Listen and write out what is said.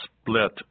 split